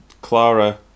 Clara